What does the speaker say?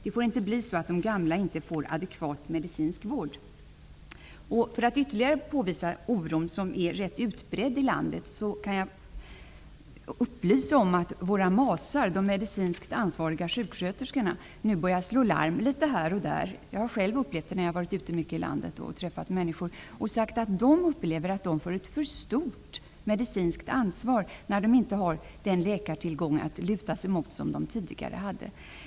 Det får inte bli så att de gamla inte får adekvat medicinsk vård. För att ytterligare påvisa oron, som är utbredd i landet, kan jag upplysa om att de medicinskt ansvariga sjuksköterskorna nu börjar slå larm här och där. Jag har själv märkt detta när jag har varit ute i landet. De har sagt att de upplever att de får ett för stort medicinskt ansvar när de inte har läkare att luta sig emot såsom tidigare.